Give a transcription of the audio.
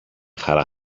χαρά